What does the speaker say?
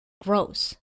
gross